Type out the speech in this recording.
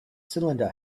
cylinder